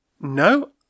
No